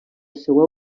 seua